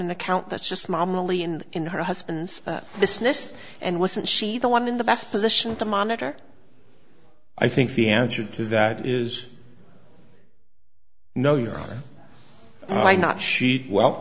an account that's just mom only and in her husband's business and wasn't she the one in the best position to monitor i think the answer to that is no no i not she well